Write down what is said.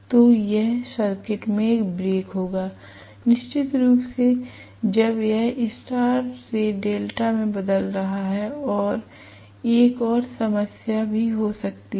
तो यह सर्किट में एक ब्रेक होगा निश्चित रूप से जब यह स्टार से डेल्टा में बदल रहा है और एक और समस्या भी हो सकती है